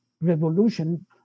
revolution